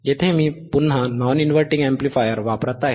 येथे मी पुन्हा नॉन इनव्हर्टिंग अॅम्प्लिफायर वापरत आहे